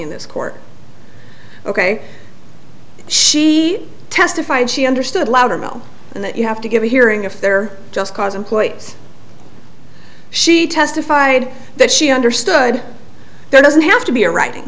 in this court ok she testified she understood loudermilk and that you have to give a hearing if there just cause employees she testified that she understood doesn't have to be a writing